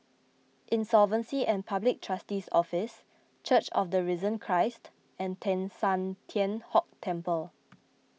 Insolvency and Public Trustee's Office Church of the Risen Christ and Teng San Tian Hock Temple